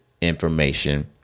information